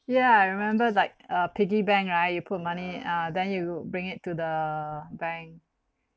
yeah I remember like a piggy bank right you put money ah then you bring it to the bank